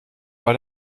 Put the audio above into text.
war